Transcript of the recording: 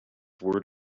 word